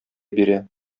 бирә